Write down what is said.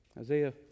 Isaiah